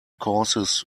causes